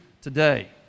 today